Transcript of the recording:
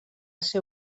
ser